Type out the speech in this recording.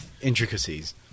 intricacies